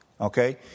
okay